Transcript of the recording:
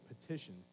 petition